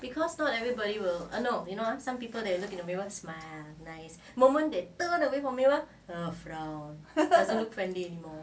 ya